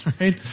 right